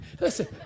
Listen